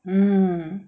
mm